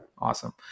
Awesome